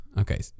okay